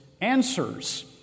answers